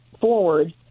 forward